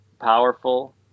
powerful